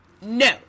No